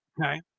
Okay